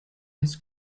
his